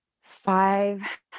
five